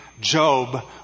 Job